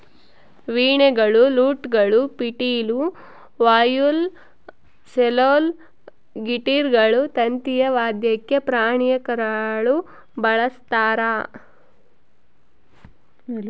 ವೀಣೆಗಳು ಲೂಟ್ಗಳು ಪಿಟೀಲು ವಯೋಲಾ ಸೆಲ್ಲೋಲ್ ಗಿಟಾರ್ಗಳು ತಂತಿಯ ವಾದ್ಯಕ್ಕೆ ಪ್ರಾಣಿಯ ಕರಳು ಬಳಸ್ತಾರ